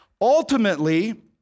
Ultimately